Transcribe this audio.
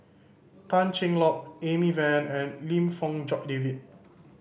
Tan Cheng Lock Amy Van and Lim Fong Jock David